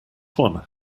one